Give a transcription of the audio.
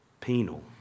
Penal